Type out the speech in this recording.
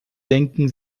denken